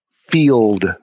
field